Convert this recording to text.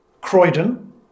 Croydon